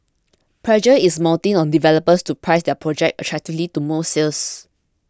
pressure is mounting on developers to price their projects attractively to move sales